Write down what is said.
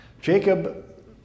Jacob